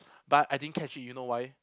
but I didn't catch it you know why